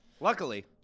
Luckily